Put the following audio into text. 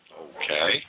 Okay